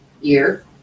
year